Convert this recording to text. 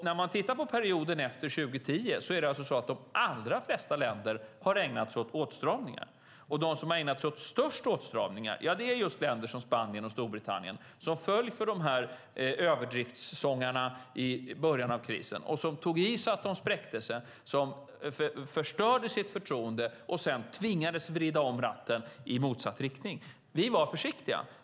När man tittar på perioden efter 2010 ser man alltså att de allra flesta länder har ägnat sig åt åtstramningar. De som har ägnat sig åt störst åtstramningar är just länder som Spanien och Storbritannien. De föll för "överdriftssångarna" i början av krisen och tog i så att de spräckte sig. De förstörde sitt förtroende och tvingades sedan vrida ratten i motsatt riktning. Vi var försiktiga.